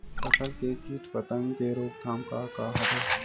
फसल के कीट पतंग के रोकथाम का का हवय?